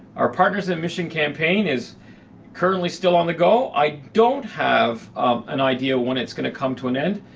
our partners in mission campaign is currently still on the go. i don't have an idea when it's gonna come to an end,